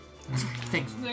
Thanks